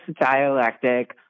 dialectic